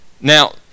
Now